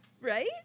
Right